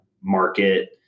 market